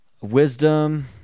Wisdom